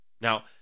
Now